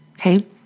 Okay